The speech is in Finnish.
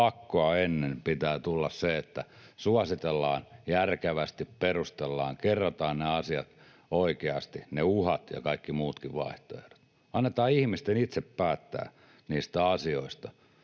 pakkoa ennen pitää tulla se, että suositellaan, järkevästi perustellaan, kerrotaan ne asiat oikeasti — ne uhat ja kaikki muutkin vaihtoehdot. Annetaan ihmisten itse päättää niistä asioista.